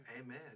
Amen